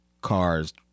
cars